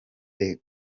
the